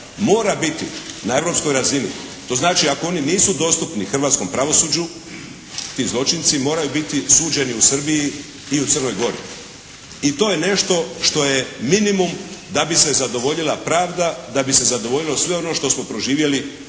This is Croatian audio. mora biti na europskoj razini. To znači ako oni nisu dostupni hrvatskom pravosuđu ti zločinci moraju biti suđeni u Srbiji i u Crnoj Gori i to je nešto što je minimum da bi se zadovoljila pravda, da bi se zadovoljilo sve ono što smo proživjeli